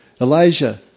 Elijah